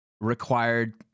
required